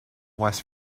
west